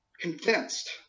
convinced